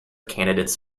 candidates